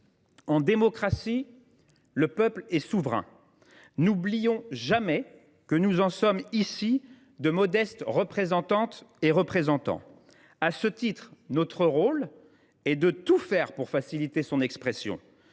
En démocratie, le peuple est souverain. N’oublions jamais que nous en sommes ici de modestes représentantes et représentants. À ce titre, notre rôle est de tout faire pour faciliter son expression.